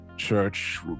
church